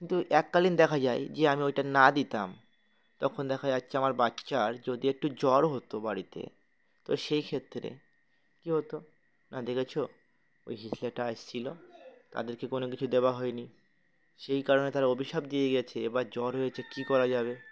কিন্তু এককালীন দেখা যায় যে আমি ওইটা না দিতাম তখন দেখা যাচ্ছে আমার বাচ্চার যদি এটটু জ্বর হতো বাড়িতে তো সেই ক্ষেত্রে কী হতো না দেকেছ ওই হিজরেটা এসেছিল তাদেরকে কোনো কিছু দেওয়া হয়নি সেই কারণে তারা অভিশাপ দিয়ে গিয়েছে এবার জ্বর হয়েছে কী করা যাবে